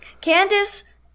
Candace